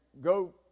go